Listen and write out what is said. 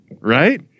Right